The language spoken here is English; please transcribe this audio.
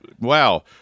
wow